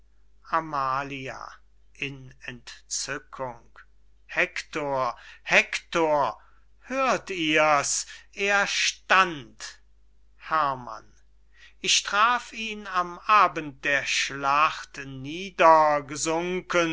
entzückung hektor hektor hört ihr's er stand herrmann ich traf ihn am abend der schlacht